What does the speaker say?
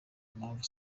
impamvu